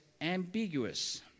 ambiguous